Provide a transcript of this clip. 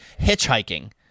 hitchhiking